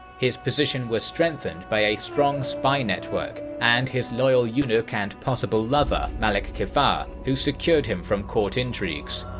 his position was strengthened by a strong spy network and his loyal eunuch and possible lover, malik kefar, who secured him from court intrigues.